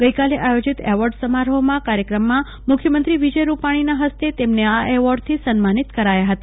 ગઈકાલે આયોજિત એવોર્ડ સમારોફ કાર્યક્રમમાં મુખ્યમંત્રી વિજય રૂપાણીનાં ફસ્તે તેમને આ એવોર્ડથી સન્માનિત કરાયા ફતા